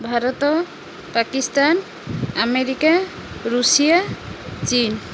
Bharat Pakistan America Russia Chin